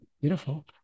beautiful